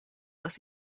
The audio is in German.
dass